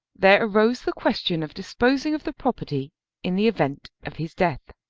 there arose the question of disposing of the property in the event of his death.